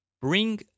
Bring